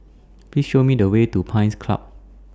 Please Show Me The Way to Pines Club